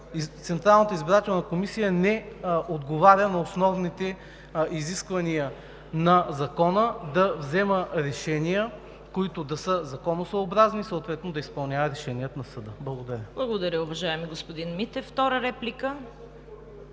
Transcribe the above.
Централната избирателна комисия не отговаря на основните изисквания на Закона – да взема решения, които да са законосъобразни, съответно да изпълняват решенията на съда. Благодаря. ПРЕДСЕДАТЕЛ ЦВЕТА КАРАЯНЧЕВА: Благодаря, уважаеми господин Митев. Втора реплика?